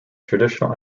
traditional